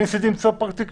אני רציתי להיות פרקטי.